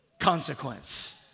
consequence